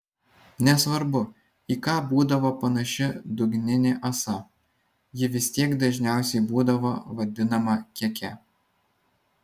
nesvarbu į ką būdavo panaši dugninė ąsa ji vis tiek dažniausiai būdavo vadinama keke